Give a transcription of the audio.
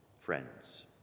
friends